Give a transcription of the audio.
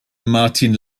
martin